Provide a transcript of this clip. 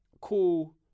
cool